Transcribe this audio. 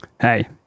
hey